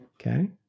Okay